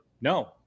No